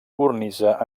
cornisa